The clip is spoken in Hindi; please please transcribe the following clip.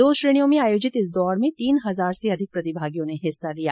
दो श्रेणियों में आयोजित इस दौड़ में तीन हजार से अधिक प्रतिभागियों ने हिस्सा लिया